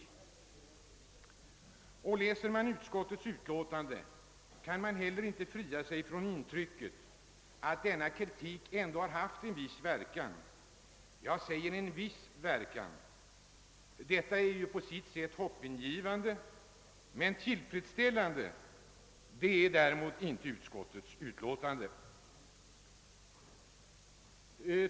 När man läser utskottets utlåtande kan man heller inte frigöra sig från intrycket, att denna kritik ändå haft en viss verkan jag säger en viss verkan. Detta är på sitt sätt hoppingivande. Däremot är inte utskottets utlåtande tillfredsställande.